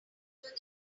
their